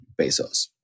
Bezos